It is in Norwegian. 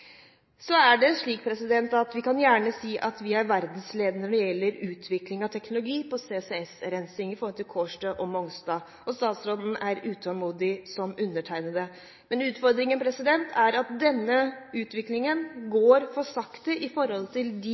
Så er det slik at vi gjerne kan si at vi er verdensledende når det gjelder utviklingen av teknologi på CCS-rensing på Kårstø og Mongstad, og statsråden er utålmodig som meg. Utfordringen er at denne utviklingen går for sakte i forhold til de